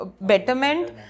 betterment